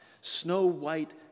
Snow-white